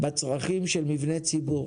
בצרכים של מבני ציבור.